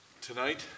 tonight